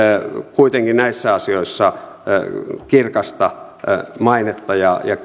kuitenkin näissä asioissa kirkasta mainettanne ja